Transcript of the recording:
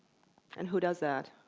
and who does that?